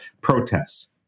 protests